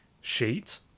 sheet